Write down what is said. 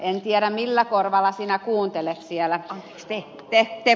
en tiedä millä korvalla te kuuntelette siellä